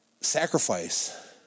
Sacrifice